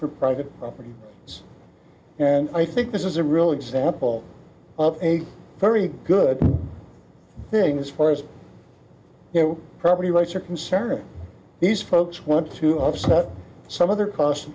for private property and i think this is a real example of a very good thing as far as you know property rights are concerned that these folks want to upset some other costs